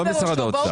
לא משרד האוצר.